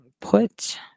put